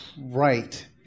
right